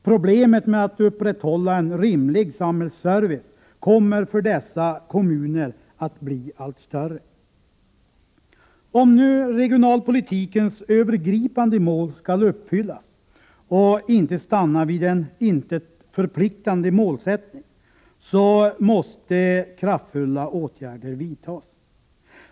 Problemet med att upprätthålla en rimlig samhällsservice kommer för dessa kommuner att bli allt större. Om nu regionalpolitikens övergripande mål skall uppfyllas och inte stanna vid en till intet förpliktande målsättning, måste kraftfulla åtgärder vidtas.